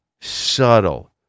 subtle